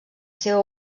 seva